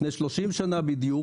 לפני 30 שנים בדיוק